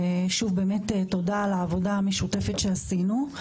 ושוב תודה על העבודה המשותפת שעשינו.